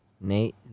nate